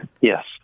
Yes